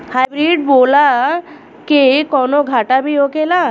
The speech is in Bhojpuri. हाइब्रिड बोला के कौनो घाटा भी होखेला?